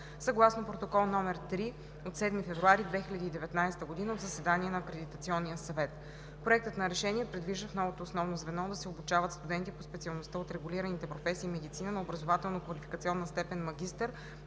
съгласно Протокол № 3 от 7 февруари 2019 г. от заседание на Акредитационния съвет. Проектът на решение предвижда в новото основно звено да се обучават студенти по специалността от регулираните професии „Медицина“ на образователно-квалификационна степен „магистър“